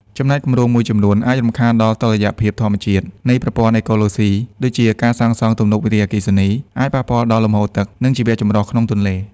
ចំណែកគម្រោងមួយចំនួនអាចរំខានដល់តុល្យភាពធម្មជាតិនៃប្រព័ន្ធអេកូឡូស៊ី ដូចជាការសាងសង់ទំនប់វារីអគ្គិសនីអាចប៉ះពាល់ដល់លំហូរទឹក និងជីវចម្រុះក្នុងទន្លេ។